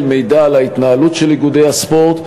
מידע על ההתנהלות של איגודי הספורט,